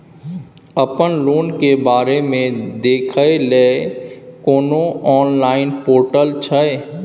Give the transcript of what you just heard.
अपन लोन के बारे मे देखै लय कोनो ऑनलाइन र्पोटल छै?